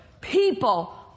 People